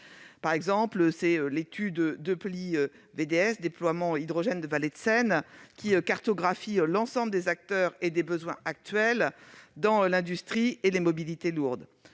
On peut citer l'étude Deplhy- déploiement de l'hydrogène en vallée de Seine -, qui cartographie l'ensemble des acteurs et des besoins actuels dans l'industrie et les mobilités lourdes